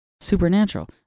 Supernatural